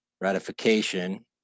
ratification